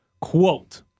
Quote